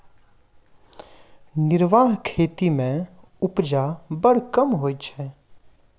निर्वाह खेती मे उपजा बड़ कम होइत छै